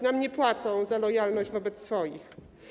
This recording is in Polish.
Nam nie płacą za lojalność wobec swoich.